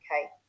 okay